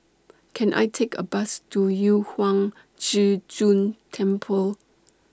Can I Take A Bus to Yu Huang Zhi Zun Temple